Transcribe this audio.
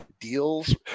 deals